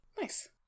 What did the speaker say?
Nice